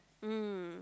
mm